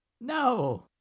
No